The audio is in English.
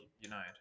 United